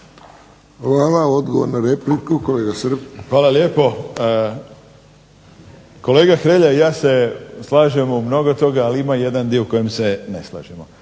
Hvala. Odgovor na repliku, kolega Srb. **Srb, Daniel (HSP)** Hvala lijepo. Kolega Hrelja i ja se slažemo u mnogo toga, ali ima jedan dio u kojem se ne slažemo.